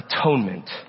atonement